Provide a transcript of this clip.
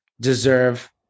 deserve